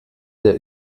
der